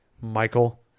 Michael